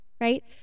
right